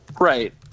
Right